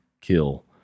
kill